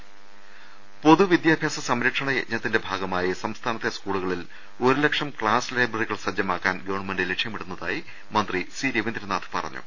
ദർവ്വെട്ടറ പൊതുവിദ്യാഭ്യാസ സംരക്ഷണ യജ്ഞത്തിന്റെ ഭാഗമായി സംസ്ഥാന ത്തെ സ്കൂളുകളിൽ ഒരു ലക്ഷം ക്ലാസ് ലൈബ്രറികൾ സജ്ജമാക്കാൻ ഗവൺമെന്റ് ലക്ഷ്യമിടുന്നതായി മന്ത്രി സി രവീന്ദ്രനാഥ് പറഞ്ഞു